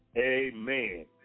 Amen